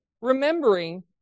remembering